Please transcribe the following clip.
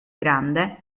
grande